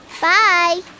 Bye